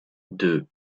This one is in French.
deux